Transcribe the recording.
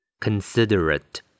Considerate